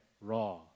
raw